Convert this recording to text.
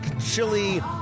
chili